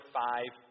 five